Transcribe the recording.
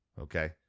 Okay